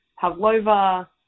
pavlova